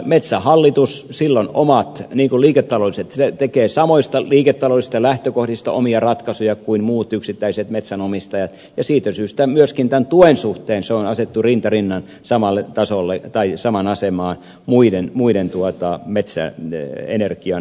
metsähallitus sillä on oma nikuliikettä vaan se tekee samoista liiketaloudellisista lähtökohdista omia ratkaisujaan kuin muut yksittäiset metsänomistajat ja siitä syystä myöskin tämän tuen suhteen se on asetettu rinta rinnan samalle tasolle tai samaan asemaan muiden metsäenergian myyjien kanssa